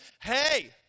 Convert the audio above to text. hey